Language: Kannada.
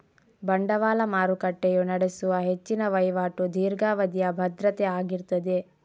ಬಂಡವಾಳ ಮಾರುಕಟ್ಟೆಯು ನಡೆಸುವ ಹೆಚ್ಚಿನ ವೈವಾಟು ದೀರ್ಘಾವಧಿಯ ಭದ್ರತೆ ಆಗಿರ್ತದೆ